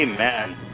Amen